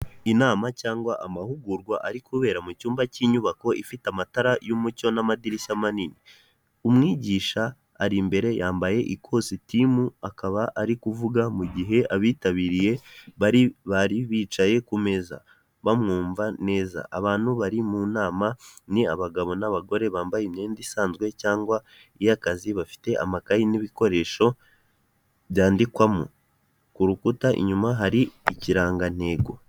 Inama cyangwa amahugurwa ari kubera mu cyumba cy'inyubako ifite amatara y'umucyo n'amadirishya manini. Umwigisha ari imbere yambaye ikositimu, akaba ari kuvuga mu gihe abitabiriye bari bicaye ku meza, bamwumva neza. Abantu bari mu nama ni abagabo n'abagore bambaye imyenda isanzwe cyangwa iy'akazi, bafite amakayi n'ibikoresho byandikwamo, ku rukuta inyuma hari ikirangantego.